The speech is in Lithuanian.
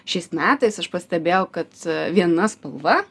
šiais metais aš pastebėjau kad viena spalva